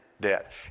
debt